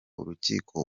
urukiko